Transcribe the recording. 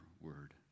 word